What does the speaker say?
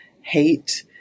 hate